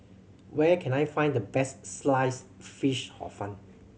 where can I find the best Sliced Fish Hor Fun